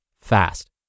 fast